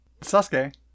Sasuke